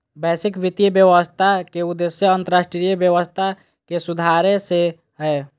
वैश्विक वित्तीय व्यवस्था के उद्देश्य अन्तर्राष्ट्रीय व्यवस्था के सुधारे से हय